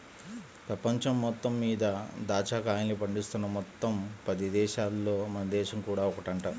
పెపంచం మొత్తం మీద దాచ్చా కాయల్ని పండిస్తున్న మొత్తం పది దేశాలల్లో మన దేశం కూడా ఒకటంట